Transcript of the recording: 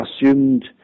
assumed